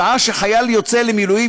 בשעה שחייל יוצא למילואים,